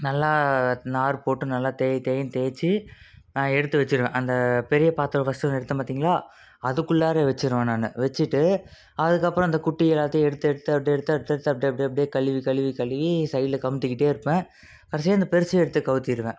நல்லா நார் போட்டு நல்லா தேய் தேயின்னு தேச்சு நான் எடுத்து வச்சுடுவேன் அந்த பெரிய பாத்திரம் ஃபஸ்ட்டு ஒன்று எடுத்தேன் பார்த்திங்களா அதுக்குள்ளாறே வச்சுருவேன் நான் வச்சுட்டு அதுக்கப்புறம் அந்த குட்டி எல்லாத்தையும் எடுத்து எடுத்து அப்டேயே எடுத்து எடுத்து எடுத்து அப்டேயே அப்டேயே அப்டேயே கழுவி கழுவி கழுவி சைடில் கமுத்திக்கிட்டே இருப்பேன் கடைசியாக இந்த பெரிசையும் எடுத்து கவுத்திடுவேன்